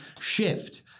shift